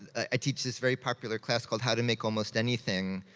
i teach this very popular class called how to make almost anything,